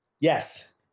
Yes